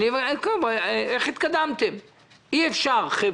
אני רוצה שתגידו במה התקדמתם, מה עשיתם עם כל